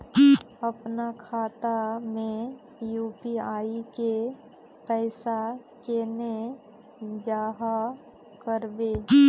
अपना खाता में यू.पी.आई के पैसा केना जाहा करबे?